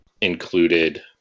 included